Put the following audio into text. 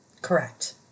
Correct